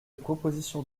proposition